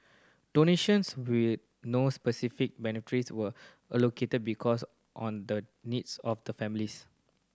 donations with no specific beneficiaries were allocated because on the needs of the families